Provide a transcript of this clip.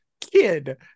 kid